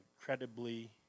incredibly